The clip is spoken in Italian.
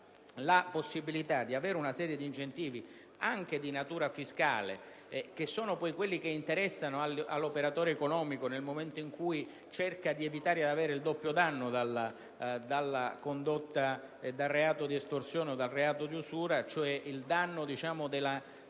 la possibilità di avere una serie di incentivi, anche di natura fiscale, che poi sono quelli che interessano all'operatore economico nel momento in cui cerca di evitare il doppio danno dai reati di estorsione o di usura, cioè il danno del